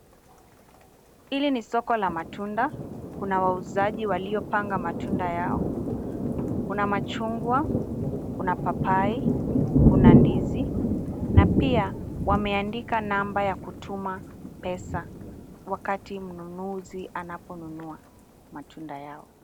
Hili ni soko la matunda. Kuna wauzaji waliopanga matunda yao. Kuna machungwa, kuna papai, kuna ndizi na pia wameandika number ya kutuma pesa wakati mnunuzi anaponunua.